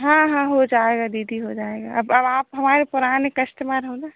हाँ हाँ हो जाएगा दीदी हो जाएगा अब अब आप हमारे पुराने कश्टमर हो ना